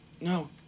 No